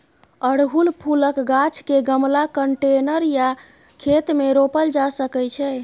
अड़हुल फुलक गाछ केँ गमला, कंटेनर या खेत मे रोपल जा सकै छै